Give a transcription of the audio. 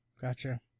gotcha